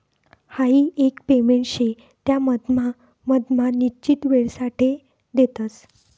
हाई एक पेमेंट शे त्या मधमा मधमा निश्चित वेळसाठे देतस